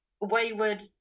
wayward